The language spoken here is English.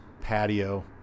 patio